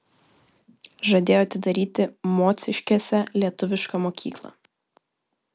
žadėjo atidaryti mociškėse lietuvišką mokyklą